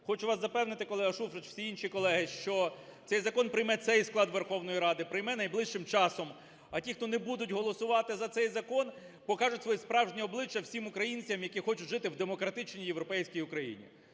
Хочу вас запевнити, колего Шуфрич і всі інші колеги, що цей закон прийме цей склад Верховної Ради, прийме найближчим часом, а ті, хто не будуть голосувати за цей закон, покажуть своє справжнє обличчя всім українцям, які хочуть жити в демократичній європейській Україні.